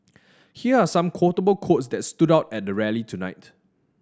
here are some quotable quotes that stood out at the rally tonight